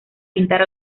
pintar